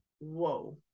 whoa